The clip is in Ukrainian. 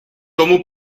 тому